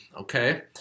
Okay